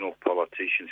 politicians